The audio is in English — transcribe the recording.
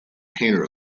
painter